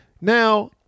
Now